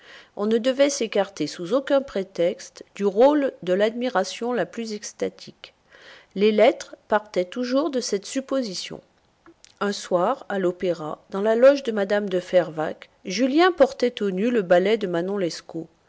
on ne devait s'écarter sous aucun prétexte du rôle de l'admiration la plus extatique les lettres partaient toujours de cette supposition un soir à l'opéra dans la loge de mme de fervaques julien portait aux nues le ballet de manon lescaut